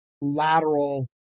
lateral